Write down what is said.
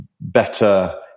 better